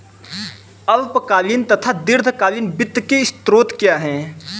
अल्पकालीन तथा दीर्घकालीन वित्त के स्रोत क्या हैं?